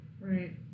Right